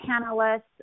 panelists